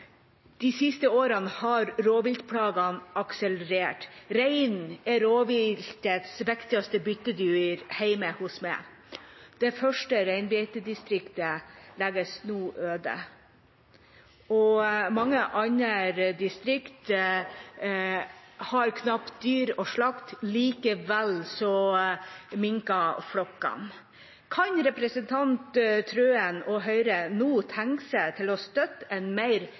De siste årene har rovviltplagene akselerert. Reinen er rovviltets viktigste byttedyr hjemme hos meg. Det første reinbeitedistriktet legges nå øde, og mange andre distrikter har knapt dyr å slakte. Likevel minker flokkene. Kan representanten Wilhelmsen Trøen og Høyre nå tenke seg å støtte en mer